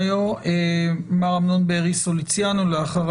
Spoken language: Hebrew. אמנון בארי סוליציאנו, בבקשה.